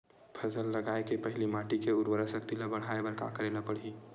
फसल लगाय के पहिली माटी के उरवरा शक्ति ल बढ़ाय बर का करेला पढ़ही?